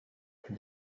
with